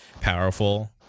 powerful